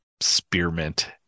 spearmint